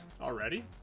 already